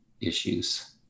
issues